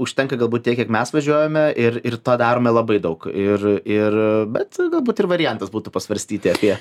užtenka galbūt tiek kiek mes važiuojame ir ir tą darome labai daug ir ir bet galbūt ir variantas būtų pasvarstyti apie nutolusį ofisą